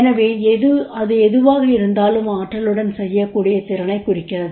எனவே அது எதுவாக இருந்தாலும் ஆற்றலுடன் செய்யக்கூடிய திறனைக் குறிக்கிறது